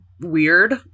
weird